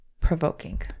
provoking